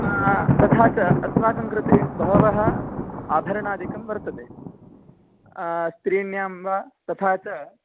तथा च अस्माकं कृते बहवः आभरणादिकं वर्तते त्रीण्यां वा तथा च